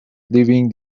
leaving